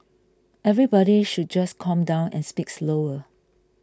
everybody should just calm down and speak slower